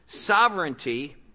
sovereignty